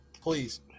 Please